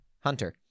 Hunter